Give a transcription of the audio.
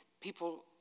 people